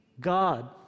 God